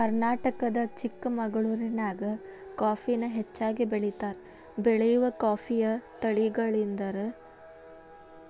ಕರ್ನಾಟಕದ ಚಿಕ್ಕಮಗಳೂರಿನ್ಯಾಗ ಕಾಫಿನ ಹೆಚ್ಚಾಗಿ ಬೆಳೇತಾರ, ಬೆಳೆಯುವ ಕಾಫಿಯ ತಳಿಗಳೆಂದರೆ ಅರೇಬಿಕ್ ಮತ್ತು ರೋಬಸ್ಟ ಗಳಗ್ಯಾವ